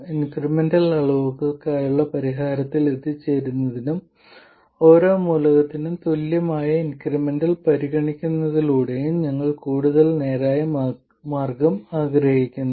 incremental അളവുകൾക്കായുള്ള പരിഹാരത്തിൽ എത്തിച്ചേരുന്നതിനും ഓരോ മൂലകത്തിനും തുല്യമായ ഇൻക്രിമെന്റൽ പരിഗണിക്കുന്നതിലൂടെയും ഞങ്ങൾ കൂടുതൽ നേരായ മാർഗം ആഗ്രഹിക്കുന്നു